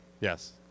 Yes